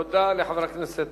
תודה לחבר הכנסת